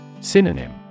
Synonym